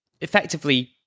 effectively